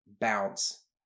bounce